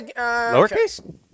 Lowercase